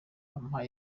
ampa